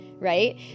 right